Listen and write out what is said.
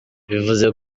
bivuze